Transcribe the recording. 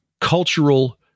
cultural